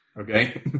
Okay